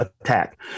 attack